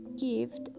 gift